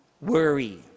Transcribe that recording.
Worry